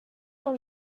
dans